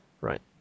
Right